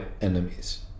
enemies